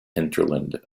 hinterland